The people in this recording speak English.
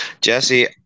Jesse